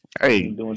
Hey